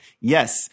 Yes